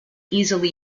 easily